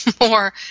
more